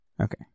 Okay